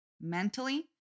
mentally